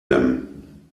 them